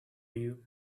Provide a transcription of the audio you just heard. you